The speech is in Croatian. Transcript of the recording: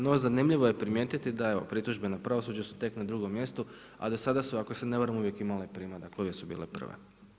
No, zanimljivo je primijetiti da evo pritužbe na pravosuđe su tek na drugom mjestu, a do sada su ako se ne varam uvijek imale … dakle uvijek su bile prve.